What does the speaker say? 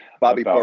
Bobby